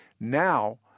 Now